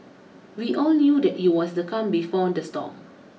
we all knew that it was the calm before the storm